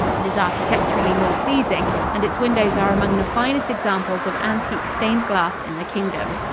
it is architecturally more pleasing and its windows are among the finest examples of antique stained glass in the kingdom.